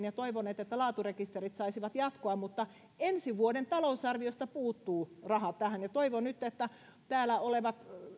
ja toivoneet että laaturekisterit saisivat jatkoa mutta ensi vuoden talousarviosta puuttuvat rahat tähän toivon nyt että täällä olevat